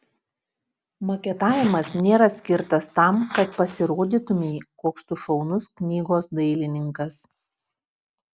maketavimas nėra skirtas tam kad pasirodytumei koks tu šaunus knygos dailininkas